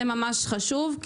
זה ממש חשוב,